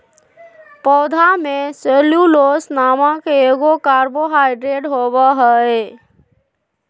पौधा में सेल्यूलोस नामक एगो कार्बोहाइड्रेट होबो हइ